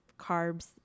carbs